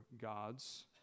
gods